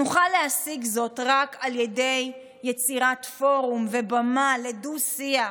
נוכל להשיג זאת רק על ידי יצירת פורום ובמה לדו-שיח,